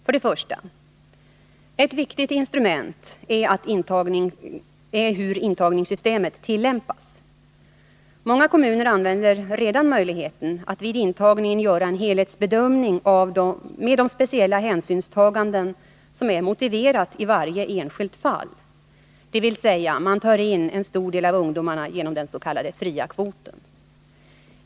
För det första: Ett viktigt instrument är hur intagningssystemet tillämpas. Många kommuner använder redan möjligheten att vid intagningen göra en helhetsbedömning med de speciella hänsynstaganden som är motiverade i varje enskilt fall, dvs. man tar in en stor del av ungdomarna genom den s.k. fria kvoten.